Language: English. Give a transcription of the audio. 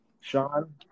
Sean